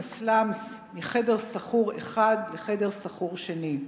בסלמס/ מחדר שכור אחד לחדר שכור שני.